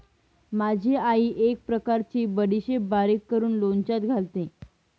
माझी आई एक प्रकारची बडीशेप बारीक करून लोणच्यात घालते